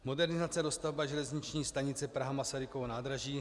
Modernizace a dostavba železniční stanice Praha Masarykovo nádraží.